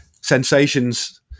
sensations